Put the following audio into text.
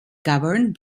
governed